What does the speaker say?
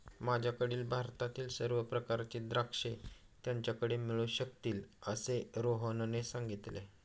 माझ्याकडील भारतातील सर्व प्रकारची द्राक्षे त्याच्याकडे मिळू शकतील असे रोहनने सांगितले